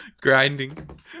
Grinding